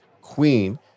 queen